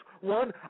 one